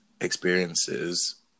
experiences